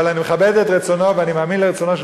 אבל אני מכבד את רצונו ואני מאמין לרצונו של